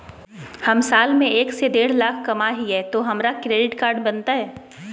हम साल में एक से देढ लाख कमा हिये तो हमरा क्रेडिट कार्ड बनते?